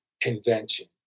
convention